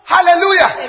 Hallelujah